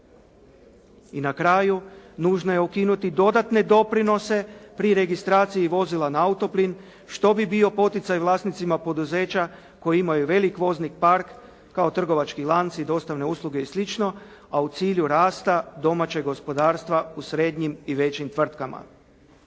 I na kraju, nužno je ukinuti dodatne doprinose pri registraciji vozila na autoplin što bi bio poticaj vlasnicima poduzeća koji imaju veliki vozni park kao trgovački lanci, dostavne usluge i slično a u cilju rasta domaćeg gospodarstva u srednjim i većim tvrtkama.